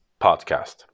podcast